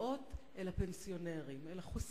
באות אל הפנסיונרים, אל החוסכים,